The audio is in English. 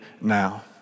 now